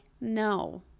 no